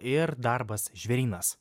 ir darbas žvėrynas